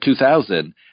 2000